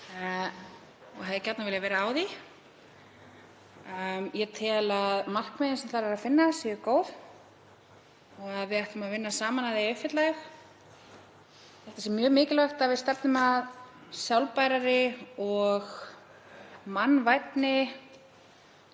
og hefði gjarnan viljað vera á því. Ég tel að markmiðin sem þar er að finna séu góð og að við ættum að vinna saman að því að uppfylla þau. Ég held að það sé mjög mikilvægt að við stefnum að sjálfbærari og mannvænni